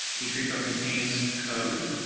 each repo contains code.